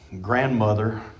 grandmother